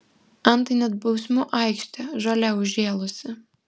antai net bausmių aikštė žole užžėlusi